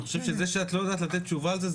אני חושב שזה שאת לא יודעת לתת תשובה על זה,